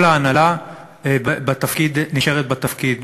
כל ההנהלה נשארת בתפקיד.